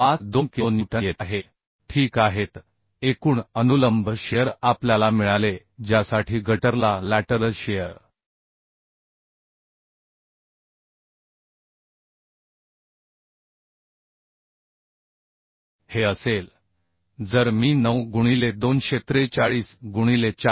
52 kilo newton येत आहे ठीक आहे तर एकूण अनुलंब शिअर आपल्याला मिळाले ज्यासाठी गटरला लॅटरल शिअर हे असेल जर मी 9 गुणिले 243 गुणिले 465